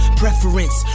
preference